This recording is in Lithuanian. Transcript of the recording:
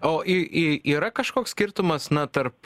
o y y yra kažkoks skirtumas na tarp